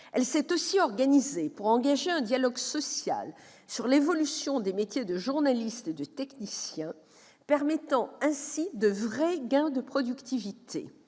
Elle s'est aussi organisée pour engager un dialogue social sur l'évolution des métiers de journalistes et de technicien, permettant ainsi de vrais gains de productivité.